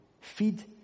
Feed